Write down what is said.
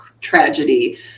tragedy